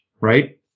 right